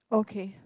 okay